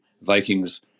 Vikings